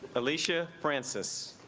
alicia frances